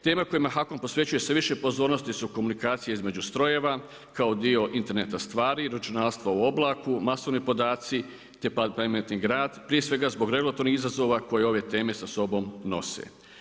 Teme kojima HAKOM posvećuje sve više pozornosti su komunikacije između strojeva kao dio interneta stvari i računarstvo u oblaku, masovni podaci, te … prije svega zbog regulatornih izazova koje ove teme sa sobom nose.